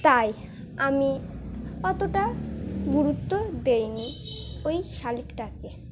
তাই আমি অতটা গুরুত্ব দেইনি ওই শালিকটাকে